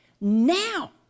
Now